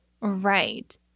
Right